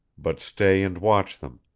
but stay and watch them,